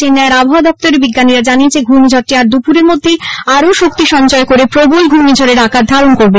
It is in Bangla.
চেন্নাইয়ে আবহাওয়া দফতরের বিজ্ঞানীরা জানিয়েছেন ঘূর্ণিঝড়টি দুপুরের মধ্যে আরও শক্তি সঞ্চয় করে প্রবল ঘূর্ণিঝড়ের আকার ধারণ করবে